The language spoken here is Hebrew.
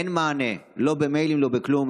אין מענה, לא במיילים, לא בכלום.